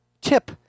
tip